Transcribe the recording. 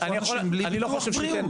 יש פה אנשים ללא ביטוח בריאות.